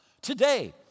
today